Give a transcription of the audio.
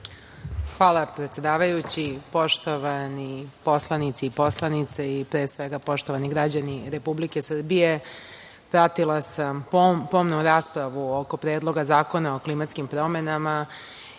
Hvala, predsedavajući. Poštovani poslanici i poslanice i, pre svega, poštovani građani Republike Srbije, pratila sam pomno raspravu oko Predloga zakona o klimatskim promenama